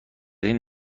این